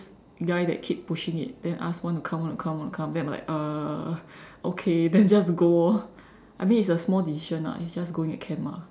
guy that keep pushing it then ask want to come want to come want to come then I'm like uh okay then just go orh I mean it's a small decision ah it's just going a camp mah